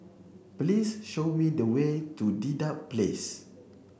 please show me the way to Dedap Place